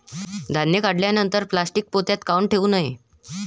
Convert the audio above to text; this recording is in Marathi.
धान्य काढल्यानंतर प्लॅस्टीक पोत्यात काऊन ठेवू नये?